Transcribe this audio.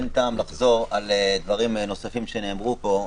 אין טעם לחזור על דברים נוספים שנאמרו פה,